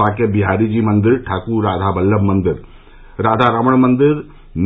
बांके बिहारी जी मंदिर ठाकुर राधाबल्लभ मंदिर राधारमण मंदिर